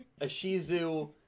Ashizu